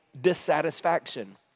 dissatisfaction